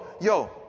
yo